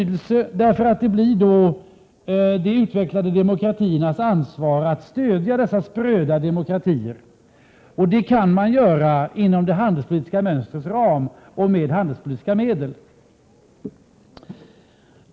Det blir de utvecklade demokratierna som har ansvar för att stödja dessa spröda demokratier. Det kan man göra inom det handelspolitiska mönstrets ram och med handelspolitiska medel.